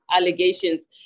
allegations